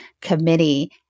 committee